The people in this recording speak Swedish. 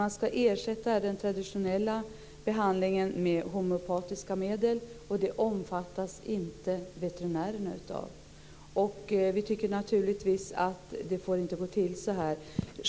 Man ska ersätta den traditionella behandlingen med homeopatiska medel, och det omfattas inte veterinärerna av. Vi tycker naturligtvis att det inte får gå till så här.